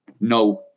no